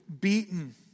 beaten